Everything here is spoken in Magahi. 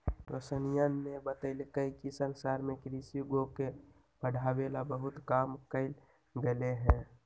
रोशनीया ने बतल कई कि संसार में कृषि उद्योग के बढ़ावे ला बहुत काम कइल गयले है